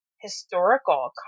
historical